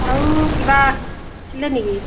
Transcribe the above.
আৰু কিবা আছিলে নেকি